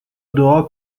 دعا